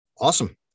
Awesome